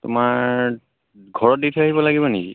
তোমাৰ ঘৰত দি থৈ আহিব লাগিব নেকি